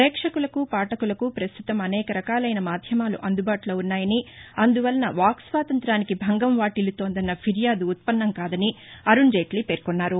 పేక్షకులకు పాఠకులకు ప్రస్తుతం అనేక రకాలైన మాధ్యమాలు అందుబాటులో ఉన్నాయని అందువలన వాక్ స్వాతంత్ర్యానికి భంగం వాటిల్లతోందన్న ఫిర్యాదు ఉత్పన్నం కాదని అరుణ్ జైట్లీ పేర్కొన్నారు